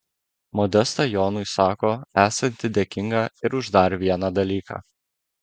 modesta jonui sako esanti dėkinga ir už dar vieną dalyką